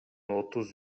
отуз